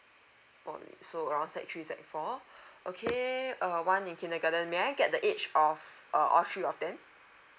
oh so around sec three sec four okay uh one in kindergarten may I get the age of uh all three of them